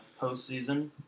postseason